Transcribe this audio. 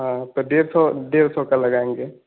हाँ तो डेढ़ सौ डेढ़ सौ का लगाएँगे